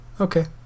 Okay